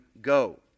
go